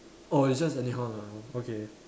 oh it's just anyhow ah okay